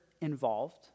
involved